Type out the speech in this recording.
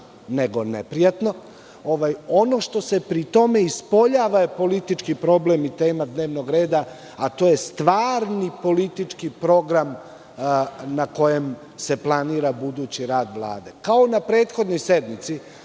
nego neprijatno. Ono što se pri tome ispoljava je politički problem i tema dnevnog reda, a to je stvarni politički program na kojem se planira budući rad Vlade. Kao na prethodnoj sednici,